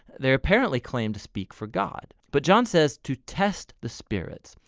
they apparently claim to speak for god but john says to test the spirits.